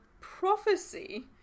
prophecy